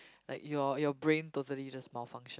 like your your brain totally just malfunction